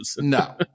No